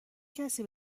کسی